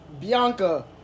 Bianca